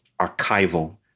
archival